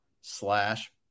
slash